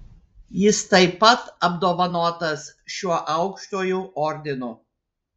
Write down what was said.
jis taip pat apdovanotas šiuo aukštuoju ordinu